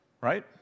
right